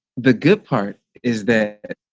the good part is that